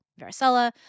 varicella